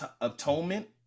atonement